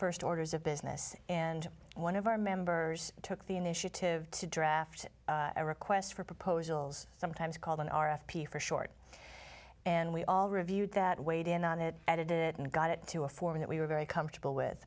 first orders of business and one of our members took the initiative to draft a request for proposals sometimes called an r f p for short and we all reviewed that weighed in on it edited and got it to a form that we were very comfortable with